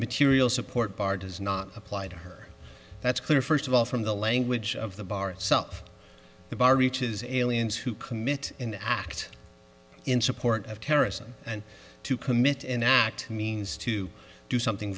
material support bar does not apply to her that's clear first of all from the language of the bar itself the bar reaches aliens who commit an act in support of terrorism and to commit an act means to do something